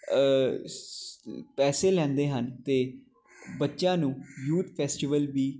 ਪੈਸੇ ਲੈਂਦੇ ਹਨ ਅਤੇ ਬੱਚਿਆਂ ਨੂੰ ਯੂਥ ਫੈਸਟੀਵਲ ਵੀ